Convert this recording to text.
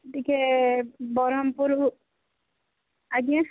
ଟିକିଏ ବ୍ରହ୍ମପୁର ଆଜ୍ଞା